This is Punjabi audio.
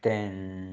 ਤਿੰਨ